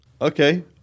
Okay